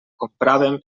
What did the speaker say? compràvem